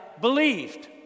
believed